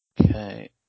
Okay